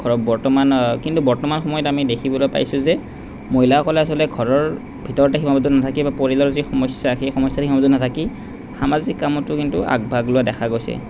ধৰক বৰ্তমান কিন্তু বৰ্তমান সময়ত আমি দেখিবলৈ পাইছোঁ যে মহিলাসকলে আচলতে ঘৰৰ ভিতৰতে সীমাবদ্ধ নাথাকে বা পৰিয়ালৰ যি সমস্যা সেই সমস্যাতে সীমাবদ্ধ নাথাকি সামাজিক কামতো কিন্তু আগ ভাগ লোৱা দেখা গৈছে